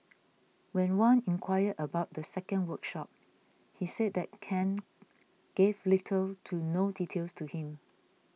when Wan inquired about the second workshop he said that Ken gave little to no details to him